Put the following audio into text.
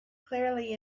clearly